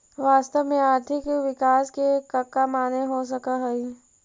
वास्तव में आर्थिक विकास के कका माने हो सकऽ हइ?